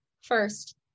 First